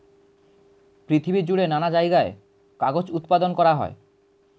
পৃথিবী জুড়ে নানা জায়গায় কাগজ উৎপাদন করা হয়